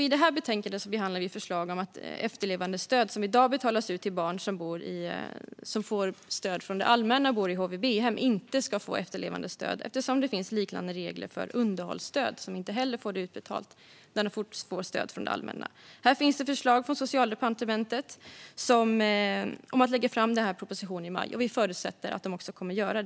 I det här betänkandet behandlas förslag om att efterlevandestöd som i dag betalas ut till barn som får stöd från det allmänna och bor i HVBhem inte ska få efterlevandestöd eftersom det finns liknande regler för underhållsstöd som inte heller utbetalas när det ges stöd från det allmänna. Här finns förslag från Socialdepartementet som ska läggas fram i en proposition i maj. Vi förutsätter att så kommer att ske.